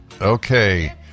Okay